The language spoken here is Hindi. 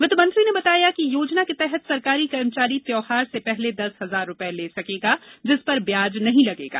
वित्तमंत्री ने बताया कि योजना के तहत सरकारी कर्मचारी त्यौहार से पहले दस हजार रूपये ले सकेगा जिस पर ब्याज नहीं लगेगा